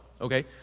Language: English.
okay